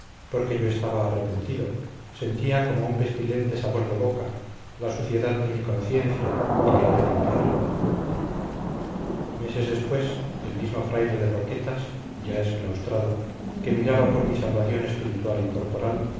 porque yo estaba arrepentido sentía como un pestilente sabor de boca la suciedad de mi conciencia y quería limpiarla meses después el mismo fraile de roquetas ya exclaustrado que miraba por mi salvación espiritual y corporal